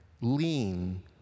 lean